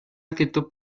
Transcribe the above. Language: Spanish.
actitud